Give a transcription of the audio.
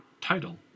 title